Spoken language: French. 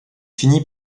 finit